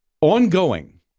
ongoing